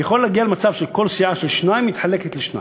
ויכולים להגיע למצב שכל סיעה של שניים מתחלקת לשניים.